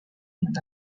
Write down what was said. been